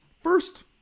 first